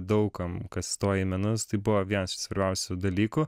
daug kam kas stoja į menus tai buvo vienas iš svarbiausių dalykų